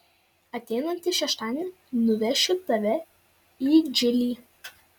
ateinantį šeštadienį nuvešiu tave į džilį